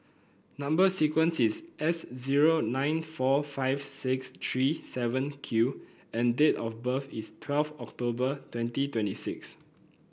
number sequence is S zero nine four five six three seven Q and date of birth is twelve October twenty twenty six